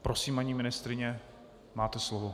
Prosím, paní ministryně, máte slovo.